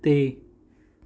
ਤੇ